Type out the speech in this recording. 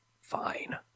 fine